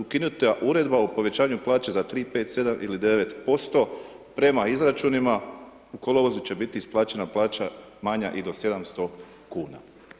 Ukinuta uredba o povećanju plaća za 357 ili 9% prema izračunima u kolovozu će biti isplaćena plaća manja i do 700 kuna.